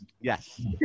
Yes